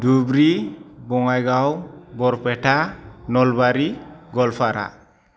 Dhubri Bongaigaon Barpeta Nalbari Goalpara